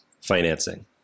financing